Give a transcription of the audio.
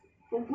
no